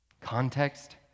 context